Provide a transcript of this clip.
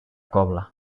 cobla